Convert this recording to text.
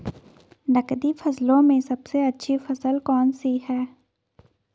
नकदी फसलों में सबसे अच्छी फसल कौन सी है?